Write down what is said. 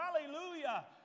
hallelujah